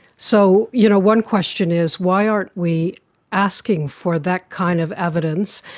so you know one question is why aren't we asking for that kind of evidence,